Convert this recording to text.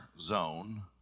zone